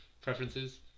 preferences